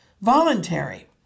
voluntary